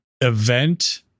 event